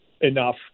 enough